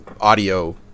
audio